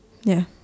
ya